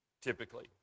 typically